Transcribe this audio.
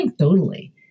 anecdotally